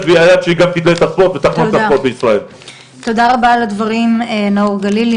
תודה רבה על הדברים נאור גלילי,